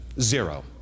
Zero